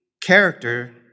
character